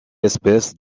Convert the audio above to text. espèce